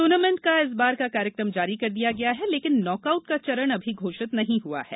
tournament का इस बार का कार्यक्रम जारी कर दिया गया है लेकिन नॉकऑउट का चरण अभी घोषित नहीं हुआ है